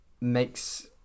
makes